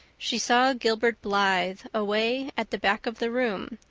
she saw gilbert blythe away at the back of the room,